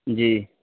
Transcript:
جی